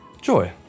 Joy